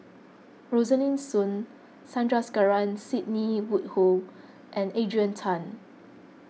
Rosaline Soon Sandrasegaran Sidney Woodhull and Adrian Tan